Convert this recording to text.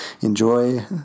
enjoy